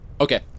Okay